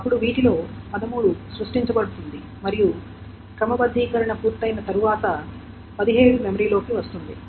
అప్పుడు వీటిలో 13 సృష్టించబడుతుంది మరియు క్రమబద్ధీకరణ పూర్తయిన తర్వాత 17 మెమరీలోకి వస్తుంది